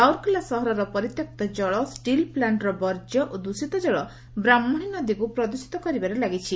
ରାଉରକେଲା ସହରର ପରିତ୍ୟକ୍ତ ଜଳ ଷିଳ ପ୍ଲାଣ୍ଟର ବର୍କ୍ୟ ଓ ଦୃଷିତ ଜଳ ବ୍ରହ୍କଶୀ ନଦୀକୁ ପ୍ରଦ୍ଷିତ କରିବାରେ ଲାଗିଛି